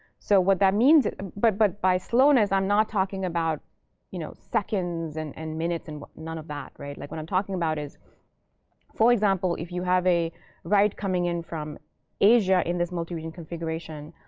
so what that means but but by slowness, i'm not talking about you know seconds and and minutes and none of that. like what i'm talking about is for example, if you have a write coming in from asia in this multi-region configuration,